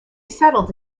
settled